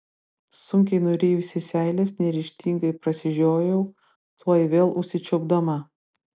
sunkiai nurijusi seiles neryžtingai prasižiojau tuoj vėl užsičiaupdama